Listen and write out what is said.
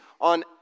on